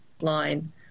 line